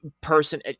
person